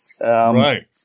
Right